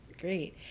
great